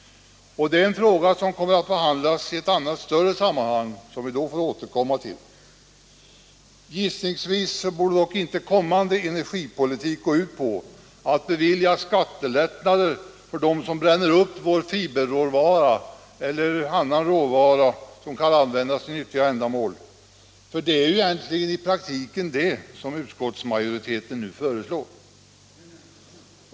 Detta är en fråga som kommer att behandlas i ett annat och större sammanhang, som vi får återkomma till. Gissningsvis borde dock inte kommande energipolitik gå ut på att bevilja skattelättnader även till dem som bränner upp vår fiberråvara eller annan råvara som kan användas för mera nyttiga ändamål — det är i praktiken det som utskottsmajoriteten nu föreslår.